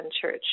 Church